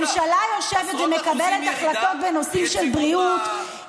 כשממשלה יושבת ומקבלת החלטות בנושאים של בריאות,